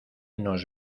nos